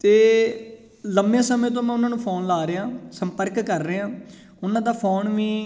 ਅਤੇ ਲੰਬੇ ਸਮੇਂ ਤੋਂ ਮੈਂ ਉਹਨਾਂ ਨੂੰ ਫੋਨ ਲਾ ਰਿਹਾ ਸੰਪਰਕ ਕਰ ਰਿਹਾ ਉਹਨਾਂ ਦਾ ਫੋਨ ਵੀ